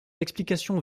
explication